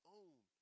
own